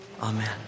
Amen